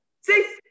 see